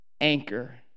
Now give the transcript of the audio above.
anchor